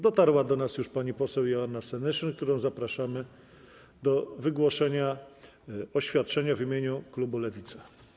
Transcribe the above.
Dotarła już do nas pani poseł Joanna Senyszyn, którą zapraszam do wygłoszenia oświadczenia w imieniu klubu Lewica.